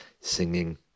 singing